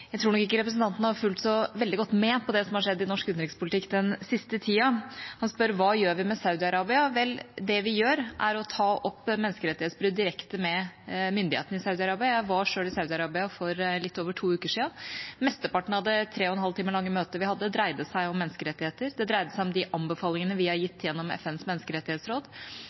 jeg tror nok ikke representanten har fulgt så veldig godt med på det som har skjedd i norsk utenrikspolitikk den siste tida. Han spør om hva vi gjør med Saudi-Arabia. Vel, det vi gjør, er å ta opp menneskerettighetsbrudd direkte med myndighetene i Saudi-Arabia. Jeg var selv i Saudi-Arabia for litt over to uker siden. Mesteparten av det 3,5 timer lange møtet vi hadde, dreide seg om menneskerettigheter, det dreide seg om de anbefalingene vi har gitt gjennom FNs menneskerettighetsråd,